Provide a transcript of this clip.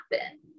happen